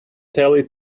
telly